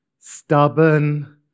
stubborn